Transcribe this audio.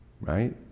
Right